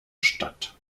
stadt